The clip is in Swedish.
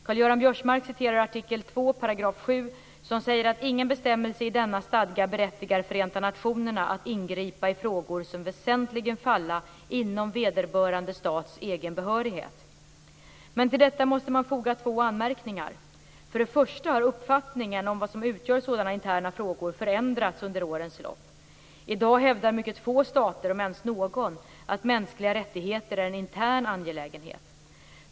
Karl Göran Biörsmark citerar artikel 2 § 7, som säger att "ingen bestämmelse i denna stadga berättigar Förenta Nationerna att ingripa i frågor, som väsentligen falla inom vederbörande stats egen behörighet." Till detta måste man dock foga två anmärkningar. För det första har uppfattningen om vad som utgör sådana interna frågor förändrats under årens lopp. I dag hävdar mycket få stater, om ens någon, att mänskliga rättigheter är en intern angelägenhet.